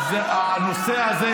הנושא הזה,